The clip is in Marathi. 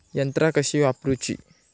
यंत्रा कशी वापरूची?